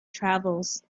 travels